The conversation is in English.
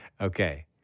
Okay